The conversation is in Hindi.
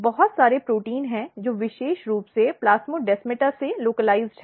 बहुत सारे प्रोटीन हैं जो विशेष रूप से प्लास्मोडेमाटा से स्थानीयकृत हैं